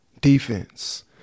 defense